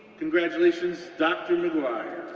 congratulations, dr. maguire.